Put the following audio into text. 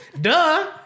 Duh